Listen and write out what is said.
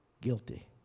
Guilty